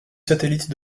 satellite